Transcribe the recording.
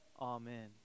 Amen